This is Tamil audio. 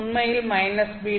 இது உண்மையில் -β2